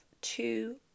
two